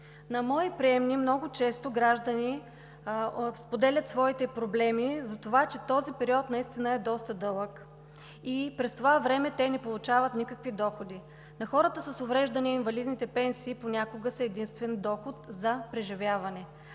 На мои приемни много често граждани споделят своите проблеми за това, че този период наистина е доста дълъг и през това време те не получават никакви доходи. Инвалидните пенсии на хората с увреждания понякога са единствен доход за преживяване.